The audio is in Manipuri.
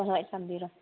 ꯍꯣꯏ ꯍꯣꯏ ꯊꯝꯕꯤꯔꯣ